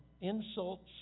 insults